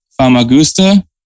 Famagusta